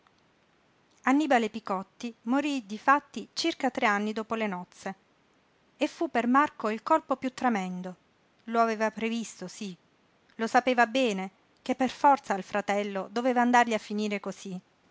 accesi annibale picotti morí difatti circa tre anni dopo le nozze e fu per marco il colpo piú tremendo lo aveva previsto sí lo sapeva bene che per forza al fratello doveva andargli a finire cosí